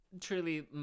truly